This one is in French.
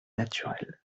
naturels